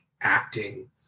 acting